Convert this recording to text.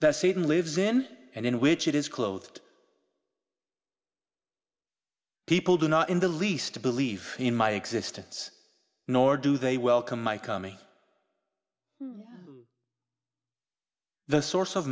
that satan lives in and in which it is clothed people do not in the least believe in my existence nor do they welcome my coming the source of